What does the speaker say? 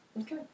Okay